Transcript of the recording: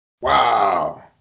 Wow